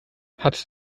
hat